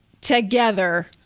together